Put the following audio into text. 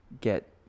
get